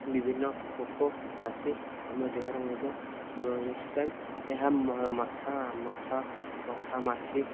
ବିଭିନ୍ନ ପୋକ ଆସି ଆମ ଦେହରେ ମଧ୍ୟ ବସିଥାଏ ଏହା ମଶା ମଶା ମଶା ମାଛି